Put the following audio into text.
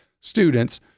students